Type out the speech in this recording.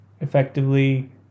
effectively